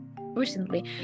recently